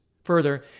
Further